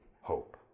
hope